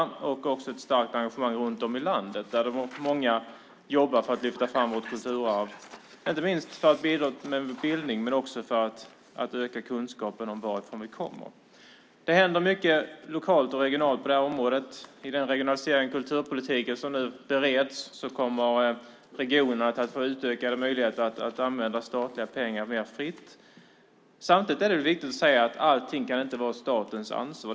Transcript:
Det finns också ett starkt engagemang runt om i landet där många jobbar för att lyfta fram vårt kulturarv, inte minst för att bidra till bildning och för att öka kunskapen om varifrån vi kommer. Mycket händer både lokalt och regionalt på kulturområdet. I denna regionalisering av kulturpolitiken - en fråga som nu bereds - kommer regionerna att få utökade möjligheter att friare använda statliga pengar. Samtidigt är det viktigt att säga att allt inte kan vara statens ansvar.